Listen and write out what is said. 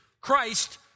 Christ